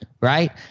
right